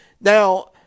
Now